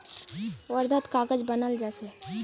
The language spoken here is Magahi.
वर्धात कागज बनाल जा छे